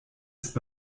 ist